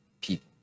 people